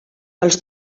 els